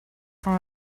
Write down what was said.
from